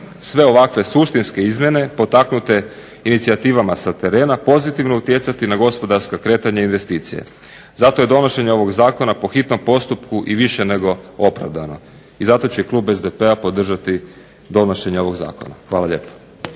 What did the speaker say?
sve ovakve suštinske izmjene potaknute inicijativama sa terena pozitivno utjecati na gospodarska kretanja i investicije. Zato je donošenje ovog zakona po hitnom postupku i više nego opravdano. I zato će klub SDP-a podržati donošenje ovog zakona. Hvala lijepa.